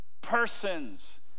persons